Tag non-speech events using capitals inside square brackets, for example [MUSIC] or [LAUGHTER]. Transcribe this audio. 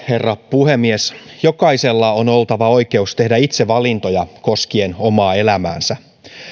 [UNINTELLIGIBLE] herra puhemies jokaisella on oltava oikeus tehdä itse valintoja koskien omaa elämäänsä